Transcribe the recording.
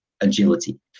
agility